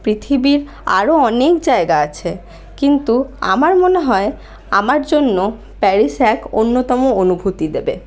পৃথিবীর আরও অনেক জায়গা আছে কিন্তু আমার মনে হয় আমার জন্য প্যারিস এক অন্যতম অনুভুতি দেবে